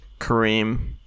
Kareem